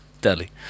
deadly